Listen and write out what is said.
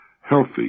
healthy